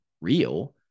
real